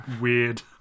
weird